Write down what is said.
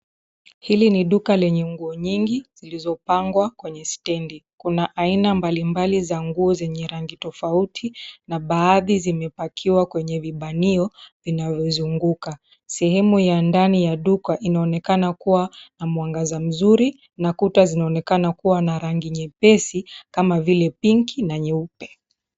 Hili ni duka lenye nguo nyingi zilizopangwa kwenye stendi. Kuna aina mbalimbali za nguo zenye rangi tofauti, na baadhi zimepakiwa kwenye vibanio vinavyo zukunguka. Sehemu ya ndani ya duka inaonekana kuwa na mwangaza mzuri na kuta zinaonekana kuwa na rangi nyepesi, kama vile pinki na nyeupe.